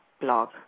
blog